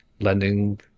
lending